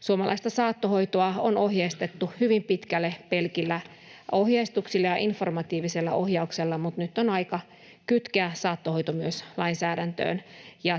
Suomalaista saattohoitoa on ohjeistettu hyvin pitkälle pelkillä ohjeistuksilla ja informatiivisella ohjauksella, mutta nyt on aika kytkeä saattohoito myös lainsäädäntöön.